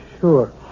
Sure